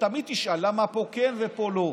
תמיד תשאל למה פה כן ופה לא,